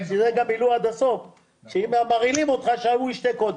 מילאו עד הסוף שאם מרעילים אותך, שהוא ישתה קודם.